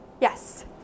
Yes